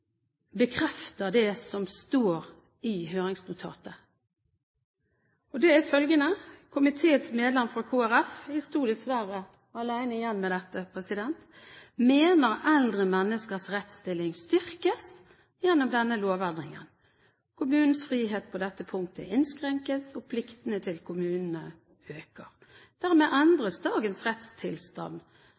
bekrefter det som står i høringsnotatet: «Komiteens medlem fra Kristelig Folkeparti» – jeg sto dessverre alene igjen med dette – «mener eldre menneskers rettsstilling styrkes gjennom denne lovendringen. Kommunenes frihet på dette punktet innskrenkes, og pliktene til kommunene øker.» Dermed endres dagens rettstilstand